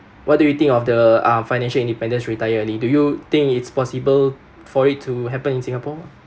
what do you think of the uh financial independence retire early do you think it's possible for it to happen in singapore